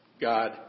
God